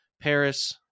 Paris